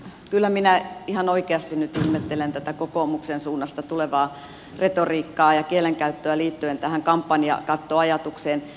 kyllä minä ihan oikeasti nyt ihmettelen tätä kokoomuksen suunnasta tulevaa retoriikkaa ja kielenkäyttöä liittyen tähän kampanjakattoajatukseen